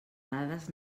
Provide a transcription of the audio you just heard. dades